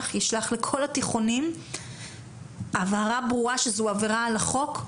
ישלח לכל התיכונים הבהרה ברורה שזו עבירה על החוק,